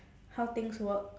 how things work